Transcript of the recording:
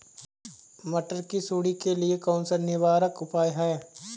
मटर की सुंडी के लिए कौन सा निवारक उपाय है?